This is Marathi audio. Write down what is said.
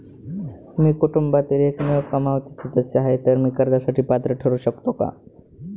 मी कुटुंबातील एकमेव कमावती सदस्य आहे, तर मी कर्जासाठी पात्र ठरु शकतो का?